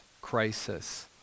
crisis